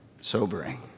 sobering